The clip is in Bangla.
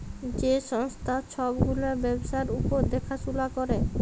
যে সংস্থা ছব গুলা ব্যবসার উপর দ্যাখাশুলা ক্যরে